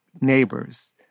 neighbors